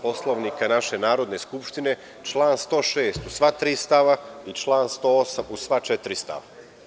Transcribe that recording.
Poslovnika naše Narodne skupštine, član 106. u sva tri stava i stav 108. u sva četiri stava.